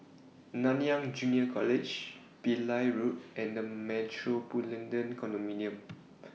Nanyang Junior College Pillai Road and The Metropolitan